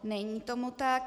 Není tomu tak.